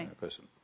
person